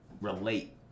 relate